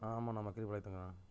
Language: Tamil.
ஆ ஆமாண்ணா மக்கிரிபாளையத்திலண்ணா